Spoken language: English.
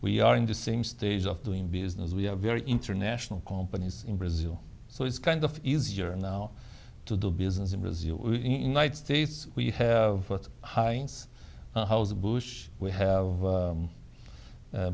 we are in the same stage of doing business we have very international companies in brazil so it's kind of easier now to do business in brazil knight states we have put heinz bush we have